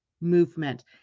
movement